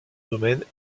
domaines